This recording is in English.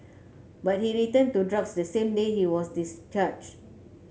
but he returned to drugs the same day he was discharged